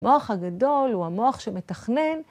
מוח הגדול הוא המוח שמתכנן.